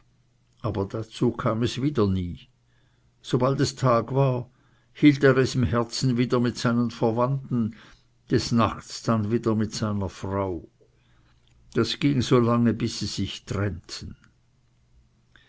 aber dazu kam es wieder nie sobald es tag war hielt er es im herzen wieder mit seinen verwandten des nachts dann wieder mit seiner frau das ging so lange bis sie sich trennten